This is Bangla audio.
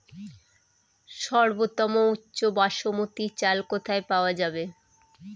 সর্বোওম উচ্চ বাসমতী চাল কোথায় পওয়া যাবে?